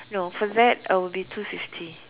no for that it will be two fifty